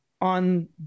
on